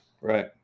Right